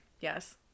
Yes